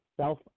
self